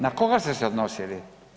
Na koga ste se odnosili?